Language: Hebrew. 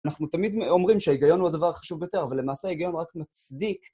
אנחנו תמיד אומרים שההיגיון הוא הדבר החשוב ביותר, אבל למעשה ההיגיון רק מצדיק...